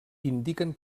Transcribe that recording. indiquen